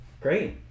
Great